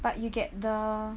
but you get the